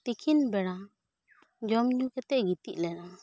ᱛᱤᱠᱤᱱ ᱵᱮᱲᱟ ᱡᱚᱢ ᱧᱩ ᱠᱟᱛᱮ ᱜᱤᱛᱤᱡ ᱞᱮᱱᱟ ᱜᱤᱛᱤᱡ ᱞᱮᱱᱟ